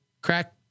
crack